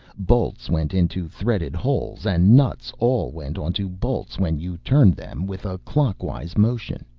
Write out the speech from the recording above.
bolts went into threaded holes and nuts all went onto bolts when you turned them with a clockwise motion.